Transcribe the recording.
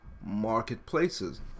marketplaces